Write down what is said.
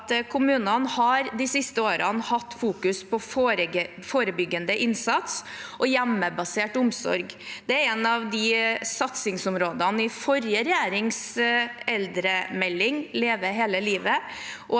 å si at de siste årene har kommunene hatt fokus på forebyggende innsats og hjemmebasert omsorg. Det var et av satsingsområdene i forrige regjerings eldremelding, Leve hele livet,